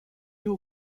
eau